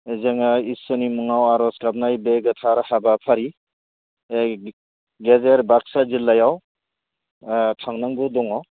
जोङो इसोरनि मुङाव आरज गाबनाय बे गोथार हाबाफारि ओइ गेजेर बागसा जिल्लायाव ओ थांनांगौ दङ